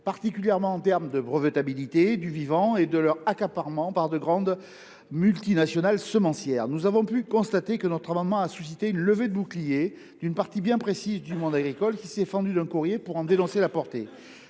enjeux relatifs à la brevetabilité du vivant et à l’accaparement de ce dernier par de grandes multinationales semencières. Nous avons pu constater que notre amendement a suscité une levée de boucliers de la part d’une partie bien précise du monde agricole, qui s’est fendue d’un courrier pour en dénoncer la portée.